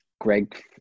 Greg